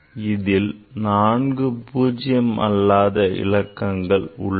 இதில் 4 பூஜ்ஜியம் அல்லாத இலக்கங்கள் உள்ளன